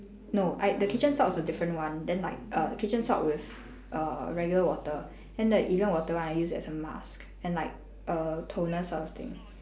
no I the kitchen salt is a different one then like err kitchen salt with err regular water then the evian water one I use as a mask and like err toner sort of thing